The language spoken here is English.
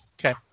okay